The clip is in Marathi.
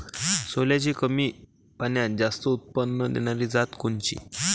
सोल्याची कमी पान्यात जास्त उत्पन्न देनारी जात कोनची?